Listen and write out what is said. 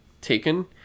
taken